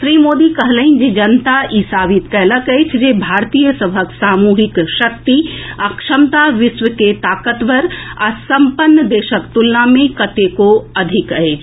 श्री मोदी कहलनि जे जनता ई साबित कएलक अछि जे भारतीय सभक सामूहिक शक्ति आ क्षमता विश्व के ताकतवर आ संपन्न देशक तुलना मे कतेको अधिक अछि